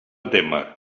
témer